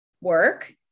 work